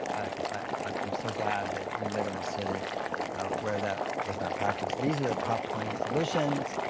i'm so glad that you live in a city where that was not practiced. these are the top twenty solutions.